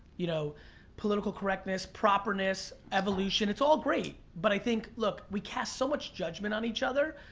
you know political correctness, properness, evolution, it's all great. but i think look we cast so much judgment on each other.